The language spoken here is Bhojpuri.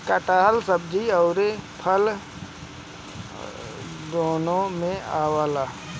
कटहल सब्जी अउरी फल दूनो में आवेला